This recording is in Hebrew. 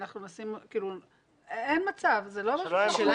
שלום לכולם.